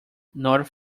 nor